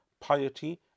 piety